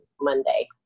Monday